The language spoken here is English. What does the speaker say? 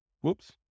Whoops